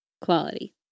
Quality